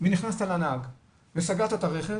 ונכנסת לנהג וסגרת את הרכב